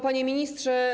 Panie Ministrze!